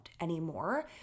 anymore